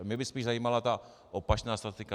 Mě by spíš zajímala ta opačná statistika.